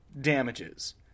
damages